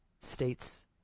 states